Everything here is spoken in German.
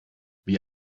wie